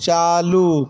چالو